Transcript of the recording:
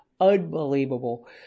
Unbelievable